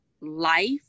Life